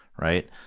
right